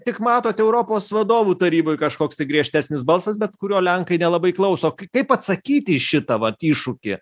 tik matote europos vadovų taryboj kažkoks tai griežtesnis balsas bet kurio lenkai nelabai klauso kaip atsakyti į šitą vat iššūkį